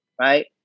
Right